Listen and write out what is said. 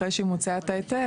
אחרי שהיא מוציאה את ההיתר,